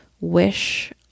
wish